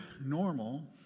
normal